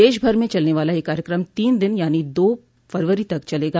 देशभर में चलने वाला यह कार्यक्रम तीन दिन यानि दो फरवरी तक चलेगा